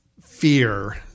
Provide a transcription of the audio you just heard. fear